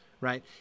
right